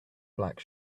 black